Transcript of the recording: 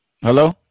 Hello